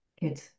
Good